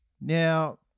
now